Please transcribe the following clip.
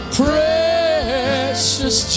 precious